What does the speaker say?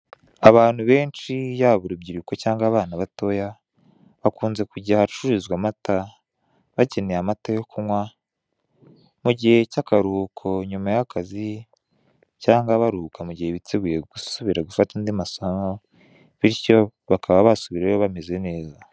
Abantu benshi, yaba urubyiruko cyangwa abana batoya, bakunze kujya ahacururizwa amata, bakeneye amata yo kunywa, mu gihe cy'akaruhuko nyuma y'akazi, cyangwa baruhuka mu gihe biteguye gusubira gufata andi masomo, bityo bakaba basubirayo bameze neza.